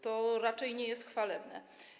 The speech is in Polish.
To raczej nie jest chwalebne.